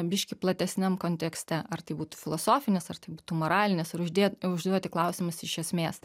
biškį platesniam kontekste ar tai būtų filosofinis ar tai būtų moralinis ir uždėt užduoti klausimus iš esmės